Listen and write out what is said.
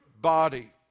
body